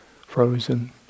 frozen